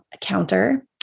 counter